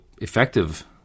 effective